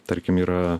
tarkim yra